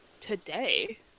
today